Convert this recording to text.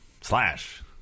slash